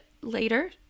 later